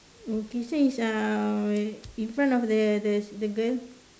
okay so it's uh in front of the the the girl